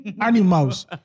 Animals